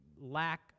lack